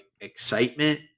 excitement